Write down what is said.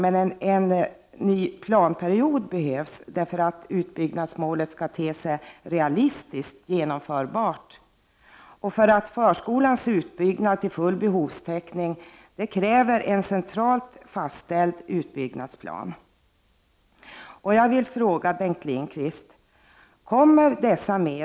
En ny planperiod behövs för att utbyggnadsmålet skall te sig realistiskt genomförbart. Förskolans utbyggnad till full behovstäckning kräver en centralt fastställd utbyggnadsplan.